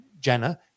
Jenna